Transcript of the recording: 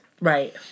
Right